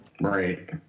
Right